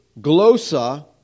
glosa